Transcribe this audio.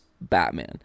Batman